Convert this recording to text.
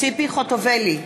ציפי חוטובלי,